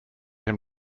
him